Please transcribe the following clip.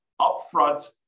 upfront